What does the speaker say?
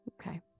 Okay